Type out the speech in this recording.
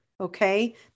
okay